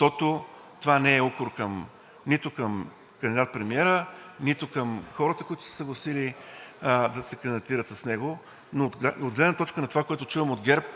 номера. Това не е укор нито към кандидат-премиера, нито към хората, които са се съгласили да се кандидатират с него, но от гледна точка на това, което чувам от ГЕРБ,